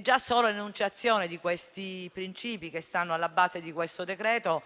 Già solo l'enunciazione di questi princìpi che stanno alla base del decreto-legge